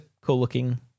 cool-looking